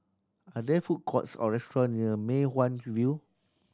are there food courts or restaurant near Mei Hwan View